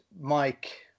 Mike